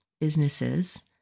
businesses